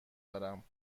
دارم